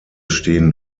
stehen